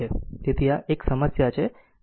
તેથી આ એક સારી સમસ્યા છે